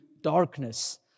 darkness